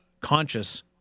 conscious